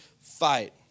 fight